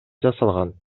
жасалган